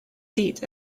seat